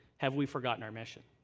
have we forgotten our mission?